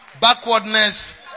Backwardness